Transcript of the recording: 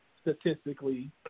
statistically